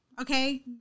Okay